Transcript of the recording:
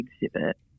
exhibit